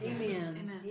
Amen